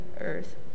earth